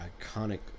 iconic